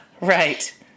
right